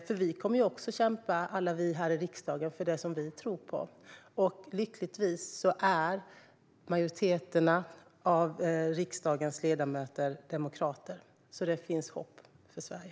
Alla vi här i riksdagen kommer ju också att kämpa för det som vi tror på. Lyckligtvis är majoriteten av riksdagens ledamöter demokrater, så det finns hopp för Sverige.